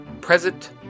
present